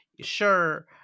Sure